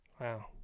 Wow